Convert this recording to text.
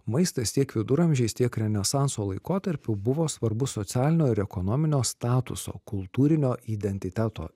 maistas tiek viduramžiais tiek renesanso laikotarpiu buvo svarbus socialinio ir ekonominio statuso kultūrinio identiteto